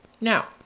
Now